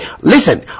listen